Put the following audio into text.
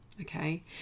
Okay